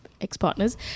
ex-partners